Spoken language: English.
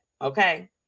okay